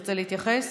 תרצה להתייחס?